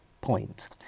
point